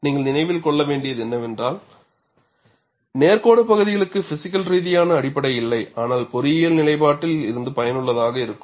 நீங்கள் நினைவில் கொள்ள வேண்டியது என்னவென்றால் நேர் கோடு பகுதிகளுக்கு பிஸிக்கல் ரீதியான அடிப்படை இல்லை ஆனால் பொறியியல் நிலைப்பாட்டில் இருந்து பயனுள்ளதாக இருக்கும்